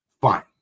fine